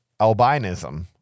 albinism